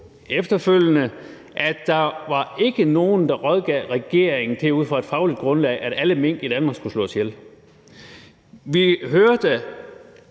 efterfølgende, at der ikke var nogen, der rådgav regeringen til, ud fra et fagligt grundlag, at alle mink i Danmark skulle slås ihjel. Vi hørte,